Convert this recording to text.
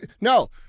No